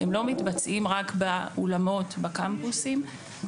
הם לא מתבצעים רק באולמות בקמפוסים.